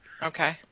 Okay